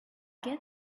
get